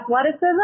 athleticism